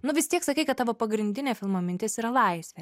nu vis tiek sakei kad tavo pagrindinė filmo mintis yra laisvė